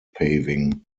paving